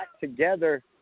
together